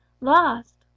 lost